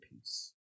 peace